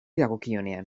dagokionean